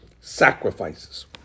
sacrifices